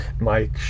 Mike